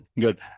good